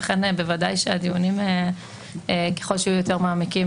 ככל שהדיונים יהיו מעמיקים יותר,